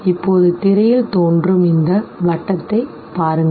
இப்போது திரையில் இந்த வட்டத்தைப் பாருங்கள்